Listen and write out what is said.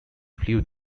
flew